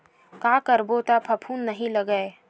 का करबो त फफूंद नहीं लगय?